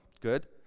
Good